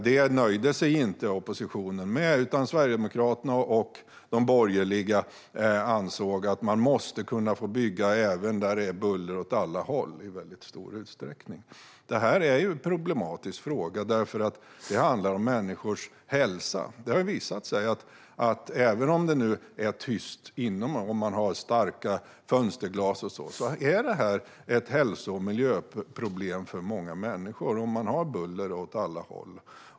Det nöjde sig inte oppositionen med, utan Sverigedemokraterna och de borgerliga ansåg att man måste få bygga även där det är buller från alla håll i stor utsträckning. Detta är en problematisk fråga, för det handlar om människors hälsa. Det har visat sig att även om det är tyst inomhus, för att man har starka fönsterglas och så vidare, är det ett hälso och miljöproblem för många människor om man har buller från alla håll.